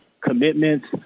commitments